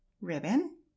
ribbon